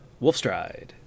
Wolfstride